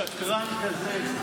שקרן כזה.